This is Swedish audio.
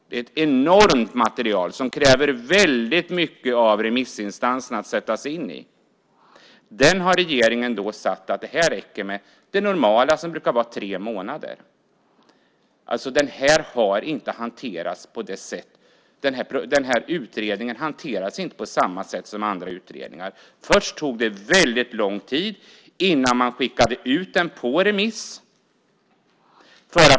Det är ett enormt material som kräver väldigt mycket av remissinstanserna när det gäller att sätta sig in i det. Där har regeringen sagt att det räcker med den normala tiden som brukar vara tre månader. Den här utredningen hanteras inte på samma sätt som andra utredningar. Först tog det väldigt lång tid innan man skickade ut den på remiss.